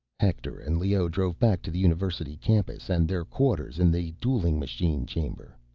hector and leoh drove back to the university campus and their quarters in the dueling machine chamber.